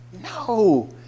No